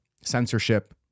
Censorship